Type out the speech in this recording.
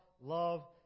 love